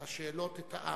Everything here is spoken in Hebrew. השאלות את העם.